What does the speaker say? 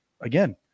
again